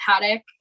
paddock